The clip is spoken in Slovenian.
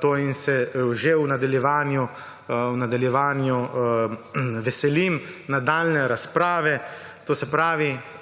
to in se že v nadaljevanju veselim nadaljnje razprave,